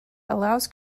allows